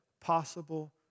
possible